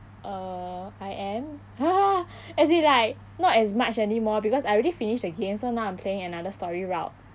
uh I am as in like not as much anymore because I already finish the game so now I'm playing another story route